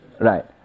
right